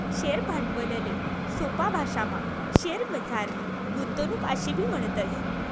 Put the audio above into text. share भांडवलले सोपा भाशामा शेअरमझारली गुंतवणूक आशेबी म्हणतस